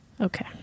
okay